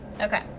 Okay